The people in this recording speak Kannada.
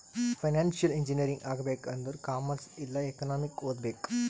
ಫೈನಾನ್ಸಿಯಲ್ ಇಂಜಿನಿಯರಿಂಗ್ ಆಗ್ಬೇಕ್ ಆಂದುರ್ ಕಾಮರ್ಸ್ ಇಲ್ಲಾ ಎಕನಾಮಿಕ್ ಓದ್ಬೇಕ್